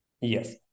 Yes